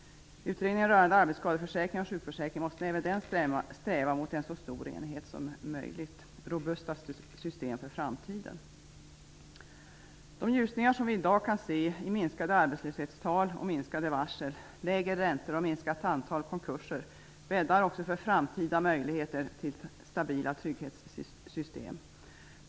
Utredningen rörande arbetsskadeförsäkringen och sjukförsäkringen måste även den sträva mot en så stor enighet som är möjlig. Det behövs robusta system för framtiden. De ljusningar som vi i dag kan se i minskade arbetslöshetstal och minskade varsel, lägre räntor och minskat antal konkurser bäddar också för framtida möjligheter till stabila trygghetssystem.